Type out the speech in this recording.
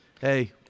hey